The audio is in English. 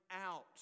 out